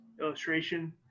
illustration